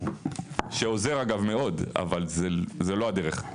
שעוזר מאוד אבל זאת לא הדרך.